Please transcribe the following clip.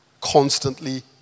Constantly